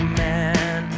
man